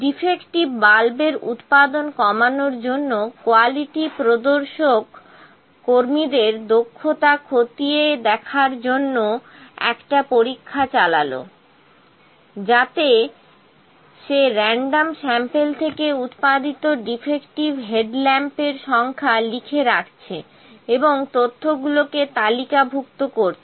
Defective বাল্বের উৎপাদন কমানোর জন্য কোয়ালিটি পরিদর্শক কর্মীদের দক্ষতা খতিয়ে দেখার জন্য একটা পরীক্ষা চালাল যাতে সে র্য। ন্ডম স্যাম্পেল থেকে উৎপাদিত ডিফেক্টিভ হেডল্যাম্প এর সংখ্যা লিখে রাখছে এবং তথ্যগুলোকে তালিকাভুক্ত করছে